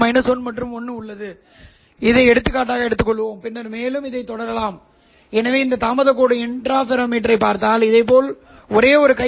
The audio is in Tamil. மீண்டும் ωs≠ ωLO போது இது ஹீட்டோரோடைன் ஆக இருக்கும் இது ஹோமோடைன் எனப்படும் போது ωsωLO சரி